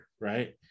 right